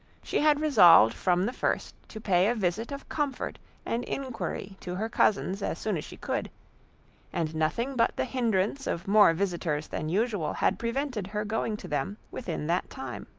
she had resolved from the first to pay a visit of comfort and inquiry to her cousins as soon as she could and nothing but the hindrance of more visitors than usual, had prevented her going to them within that time.